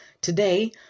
Today